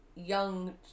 young